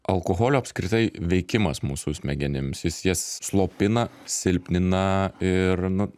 alkoholio apskritai veikimas mūsų smegenims jis jas slopina silpnina ir nu